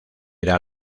era